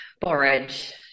borage